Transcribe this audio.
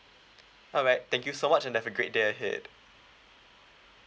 alright thank you so much and have a great day ahead